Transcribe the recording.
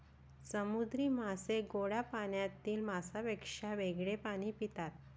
समुद्री मासे गोड्या पाण्यातील माशांपेक्षा वेगळे पाणी पितात